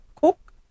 Cook